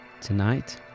Tonight